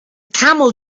camel